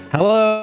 Hello